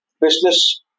business